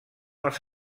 els